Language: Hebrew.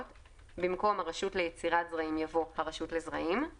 - במקום "הרשות ליצירת זרעים" יבוא "הרשות לזרעים";